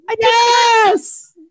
Yes